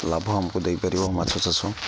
ଲାଭ ଆମକୁ ଦେଇପାରିବ ମାଛ ଚାଷ